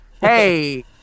Hey